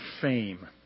Fame